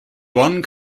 one